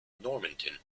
normanton